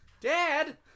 Dad